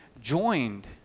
joined